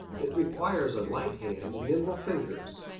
it requires a light hand and nimble fingers.